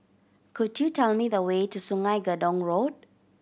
could you tell me the way to Sungei Gedong Road